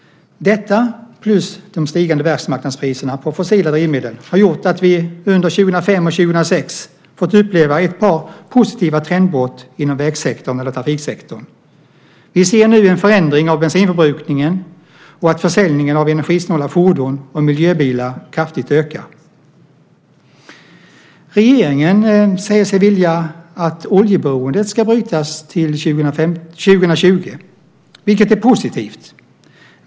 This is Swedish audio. Detta plus de stigande världsmarknadspriserna på fossila drivmedel har gjort att vi under 2005 och 2006 fått uppleva ett par positiva trendbrott inom vägsektorn eller trafiksektorn. Vi ser nu en förändring av bensinförbrukningen och att försäljningen av energisnåla fordon och miljöbilar ökar kraftigt. Regeringen säger sig vilja att oljeberoendet ska brytas till 2020, vilket är positivt.